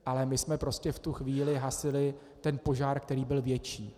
Ale my jsme prostě v tu chvíli hasili ten požár, který byl větší.